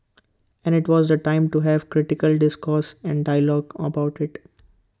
and IT was the time to have critical discourse and dialogue about IT